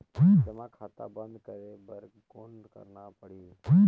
जमा खाता बंद करे बर कौन करना पड़ही?